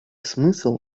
смысл